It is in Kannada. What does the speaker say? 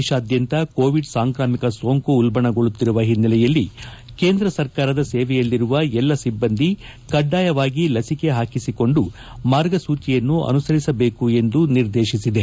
ದೇಶಾದ್ದಂತ ಕೋವಿಡ್ ಸಾಂಕಾಮಿಕ ಸೋಂಕು ಉಲ್ಲಣಗೊಳ್ಳುತ್ತಿರುವ ಹಿನ್ನೆಲೆಯಲ್ಲಿ ಕೇಂದ್ರ ಸರ್ಕಾರದ ಸೇವೆಯಲ್ಲಿರುವ ಎಲ್ಲ ಸಿಬ್ಬಂದಿ ಕಡ್ಡಾಯವಾಗಿ ಲಸಿಕೆ ಪಾಕಿಸಿಕೊಂಡು ಮಾರ್ಗಸೂಚಿಯನ್ನು ಅನುಸರಿಸಬೇಕು ಎಂದು ನಿರ್ದೇಶಿಸಿದೆ